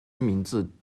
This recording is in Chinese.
名字